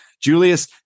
Julius